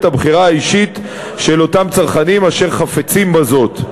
הבחירה האישית של אותם צרכנים אשר חפצים בזאת.